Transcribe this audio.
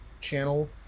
channel